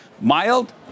Mild